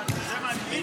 זה מעניין.